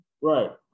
Right